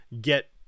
get